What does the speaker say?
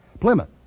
Plymouth